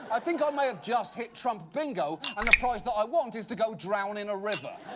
i think i may have just hit trump bingo, and the prize that i want is to go drown in a river.